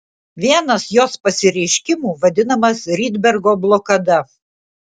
vienas jos pasireiškimų vadinamas rydbergo blokada